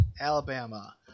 Alabama